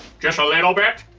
just a little bit.